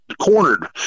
cornered